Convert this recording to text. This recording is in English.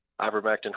ivermectin